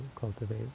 cultivate